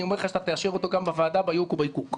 אני אומר לך שאתה תאשר אותו גם בוועדה by hook or by crook.